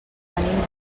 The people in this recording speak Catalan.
venim